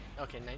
Okay